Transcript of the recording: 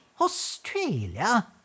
Australia